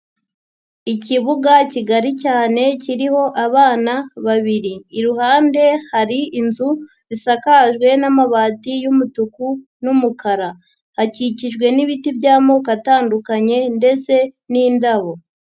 Ikibuga kigari cyane, kiriho abana babiri. Iruhande hari inzu zisakajwe n'amabati y'umutuku n'umukara. Hakikijwe n'ibiti by'amoko atandukanye ndetse n'indabo.